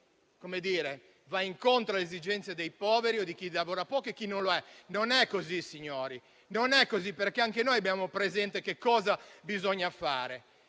come dire, va incontro alle esigenze dei poveri o di chi lavora poco e chi non lo è: non è così, signori, perché anche noi abbiamo presente cosa bisogna fare.